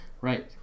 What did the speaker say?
Right